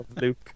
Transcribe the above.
Luke